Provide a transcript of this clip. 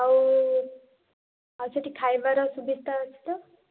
ଆଉ ଆଉ ସେଠି ଖାଇବାର ସୁବିଧା ଅଛି ତ